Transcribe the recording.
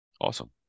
Awesome